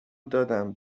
دادم